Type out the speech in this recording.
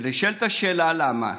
ונשאלת השאלה למה.